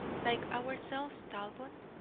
like ourselves, talbot.